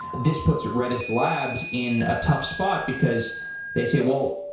this puts redis labs in a tough spot, because they say, well,